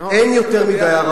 אנחנו לא ממהרים.